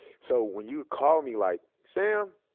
so when you call me like, sam,